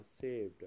saved